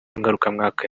ngarukamwaka